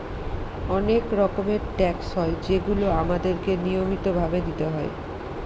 অনেক রকমের ট্যাক্স হয় যেগুলো আমাদেরকে নিয়মিত ভাবে দিতে হয়